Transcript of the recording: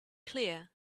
clear